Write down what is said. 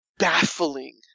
baffling